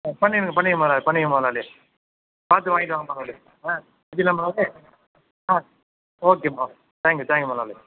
பண்ணிவிடுங்க பண்ணிவிடுங்க முதலாளி பண்ணிவிடுங்க முதலாளி பார்த்து வாங்கிட்டு வாங்க முதலாளி ஆ வச்சுடட்டா முதலாளி ஆ ஓகே முதலாளி தேங்க் யூ தேங்க் யூ முதலாளி